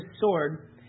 sword